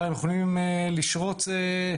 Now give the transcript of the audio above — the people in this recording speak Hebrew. מג"ב יוכלו להפעיל אותם בכל הגזרות,